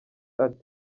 ati